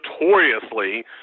notoriously